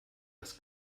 das